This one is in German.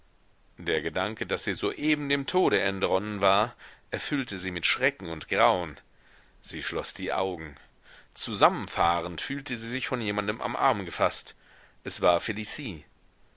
der gedanke daß sie soeben dem tode entronnen war erfüllte sie mit schrecken und grauen sie schloß die augen zusammenfahrend fühlte sie sich von jemandem am arm gefaßt es war felicie